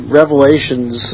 revelations